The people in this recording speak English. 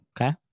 Okay